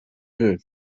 who